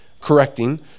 correcting